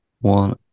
one